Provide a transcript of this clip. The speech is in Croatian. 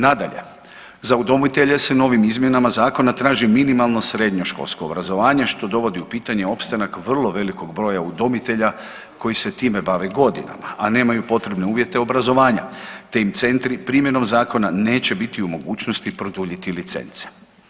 Nadalje za udomitelje se novim izmjenama zakona traži minimalno srednjoškolsko obrazovanje što dovodi u pitanje opstanak vrlo velikog broja udomitelja koji se time bave godinama, a nemaju potrebne uvjete obrazovanja, te im centri primjenom zakona neće biti u mogućnosti produljiti licence.